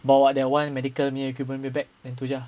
bawa that one medical punya equipment bag then itu jer lah